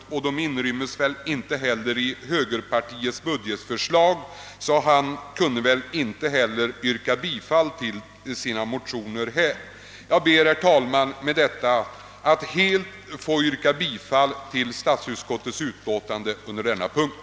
Motionsyrkandena inryms väl inte heller i högerns budgetförslag, och det var väl därför som herr Bengtson inte kunde yrka bifall till motionerna. Herr talman! Med dessa ord ber jag att få yrka bifall till statsutskottets hemställan på denna punkt.